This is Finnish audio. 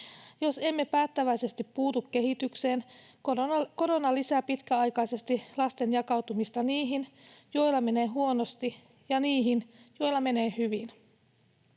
Jos emme päättäväisesti puutu kehitykseen, korona lisää pitkäaikaisesti lasten jakautumista niihin, joilla menee huonosti, ja niihin, joilla menee hyvin.